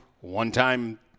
One-time